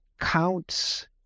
counts